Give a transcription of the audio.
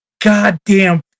goddamn